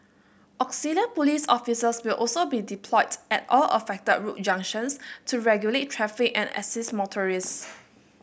auxiliary police officers will also be deployed at all affected road junctions to regulate traffic and assist motorists